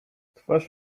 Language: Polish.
twarz